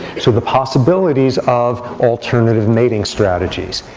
so the possibilities of alternative mating strategies,